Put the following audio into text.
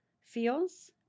feels